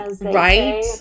right